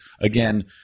again